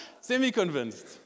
Semi-convinced